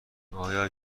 آیا